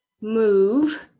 move